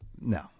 no